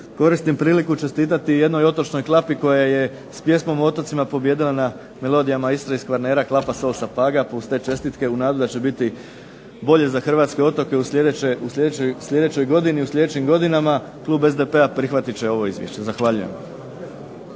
koristim priliku čestitati jednoj otočnoj klapi koja je s pjesmom o otocima pobijedila na Melodijama Istre i Kvarnera, klapa sol sa Paga plus te čestitke. U nadi da će biti bolje za hrvatske otoke u sljedećoj godini, u sljedećim godinama klub SDP-a prihvatit će ovo izvješće. Zahvaljujem.